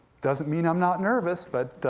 doesn't mean i'm not nervous, but